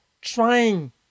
trying